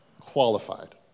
Qualified